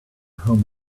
home